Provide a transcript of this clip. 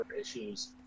issues